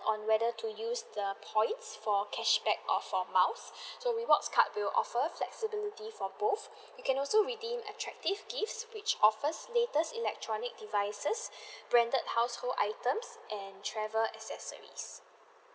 on whether to use the points for cashback or for miles so rewards card will offer flexibility for both you can also redeem attractive gift which offers latest electronic devices branded household items and travel accessories